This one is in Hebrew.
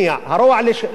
לכן כשבאים כאן